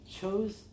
chose